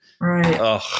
Right